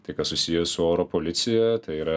tai kas susiję su oro policija tai yra